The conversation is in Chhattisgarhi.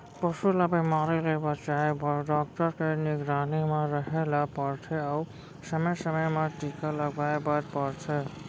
पसू ल बेमारी ले बचाए बर डॉक्टर के निगरानी म रहें ल परथे अउ समे समे म टीका लगवाए बर परथे